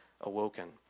awoken